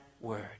word